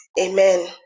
Amen